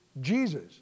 Jesus